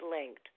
linked